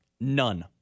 none